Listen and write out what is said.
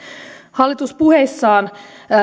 hallitus puheissaan